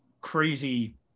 crazy